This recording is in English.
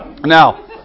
Now